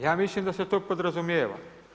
Ja mislim da se to podrazumijeva.